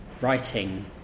writing